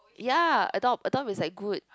ya adopt adopt is like good